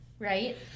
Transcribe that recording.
Right